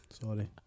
Sorry